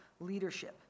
leadership